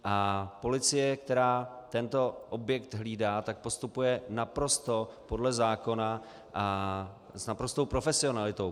A policie, která tento objekt hlídá, postupuje naprosto podle zákona a s naprostou profesionalitou.